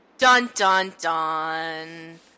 Dun-dun-dun